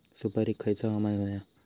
सुपरिक खयचा हवामान होया?